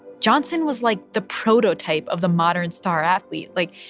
johnson was, like, the prototype of the modern star athlete. like,